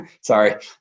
sorry